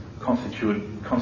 Constituted